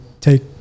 take